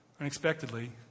unexpectedly